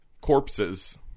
corpses